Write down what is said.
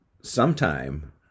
sometime